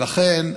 ולכן,